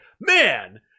Man